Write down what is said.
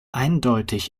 eindeutig